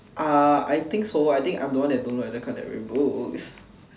uh I think so I think I'm the one that don't really read books